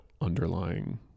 underlying